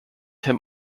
him